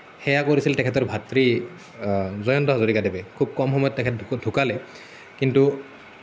সেয়া কৰিছিল তেখেতৰ ভাতৃ জয়ন্ত হাজৰিকাদেৱে খুব কম সময়ত তেখেত ঢুকালে কিন্তু